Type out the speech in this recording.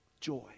Joy